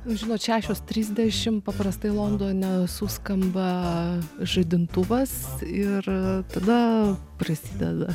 žinot šešios trisdešimt paprastai londone suskamba žadintuvas ir tada prasideda